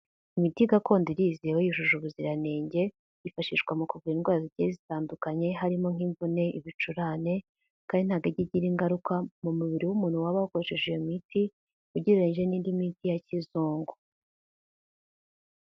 Imiti gakondo irizewe yujuje ubuziranenge yifashishwa mu kuvura indwara zigiye zitandukanye harimo nk'imvune, ibicurane kandi ntabwo ijya igira ingaruka mu mubiri w'umuntu waba wakoresheje iyo miti ugereranyije n'indi miti ya kizungu.